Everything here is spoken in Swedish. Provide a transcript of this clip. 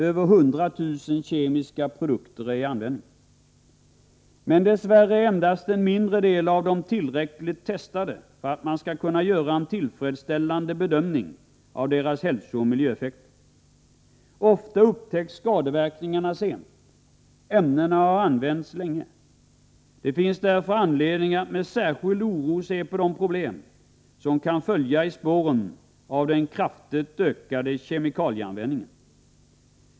Över 100000 kemiska produkter är i användning. Men dess värre är endast en mindre del av dem tillräckligt testade för att man skall kunna göra en tillfredsställande bedömning av deras hälsooch miljöeffekter. Ofta upptäcks skadeverkningarna sent. Ämnena har använts länge. Det finns därför anledning att med särskild oro se på de problem som kan följa i spåren av den kraftigt ökade kemikalieanvändningen.